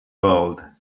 world